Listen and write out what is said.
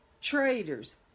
traitors